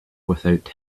without